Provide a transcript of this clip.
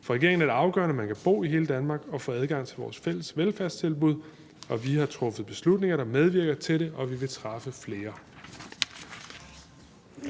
For regeringen er det afgørende, at man kan bo i hele Danmark og få adgang til vores fælles velfærdstilbud. Vi har truffet beslutninger, der medvirker til det, og vi vil træffe flere.